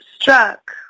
struck